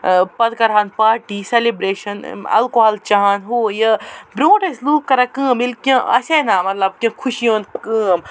پتہٕ کَرٕہَن party celebration alcohol چےٚ ہَن ہُہ یہِ برونٛٹھ ٲسۍ لوٗکھ کران کٲم ییٚلہِ کیٚنہہ آسہِ ہے نا مطلب تیُتھ خُوشی ہُنٛد کٲم